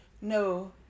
No